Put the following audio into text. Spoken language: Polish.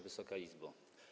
Wysoka Izbo!